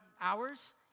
hours